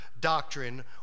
doctrine